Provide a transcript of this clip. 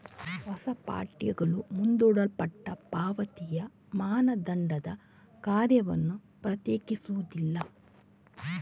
ಹೊಸ ಪಠ್ಯಗಳು ಮುಂದೂಡಲ್ಪಟ್ಟ ಪಾವತಿಯ ಮಾನದಂಡದ ಕಾರ್ಯವನ್ನು ಪ್ರತ್ಯೇಕಿಸುವುದಿಲ್ಲ